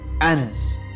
Anna's